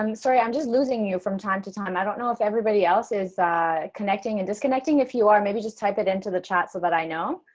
um sorry, i'm just losing you from time to time. i don't know if everybody else is connecting and disconnecting, if you are maybe just type it into the chat so that i know.